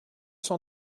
cent